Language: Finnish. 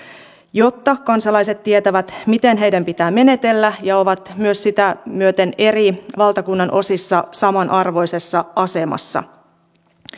jotta kansalaiset tietävät miten heidän pitää menetellä ja ovat myös sitä myöten valtakunnan eri osissa samanarvoisessa asemassa